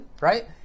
right